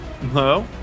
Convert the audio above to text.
Hello